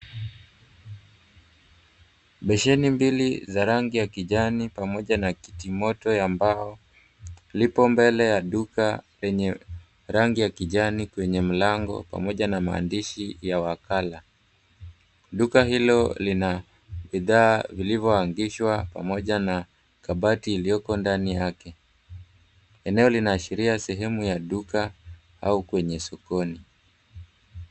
Besheni mbili za rangi ya kijani pamoja na kiti moto ya mbao. Lipo mbele ya duka lenye rangi ya kijani kwenye mlango pamoja na maandishi ya wakala. Duka hilo lina bidhaa vilivoangishwa pamoja na kabati iliyoko ndani yake. Eneo linaashiria sehemu ya duka au kwenye sokoni.